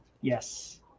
Yes